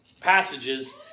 passages